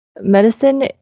Medicine